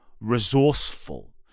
resourceful